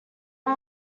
are